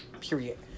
Period